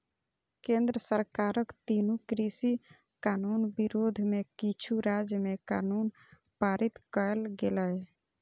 केंद्र सरकारक तीनू कृषि कानून विरोध मे किछु राज्य मे कानून पारित कैल गेलै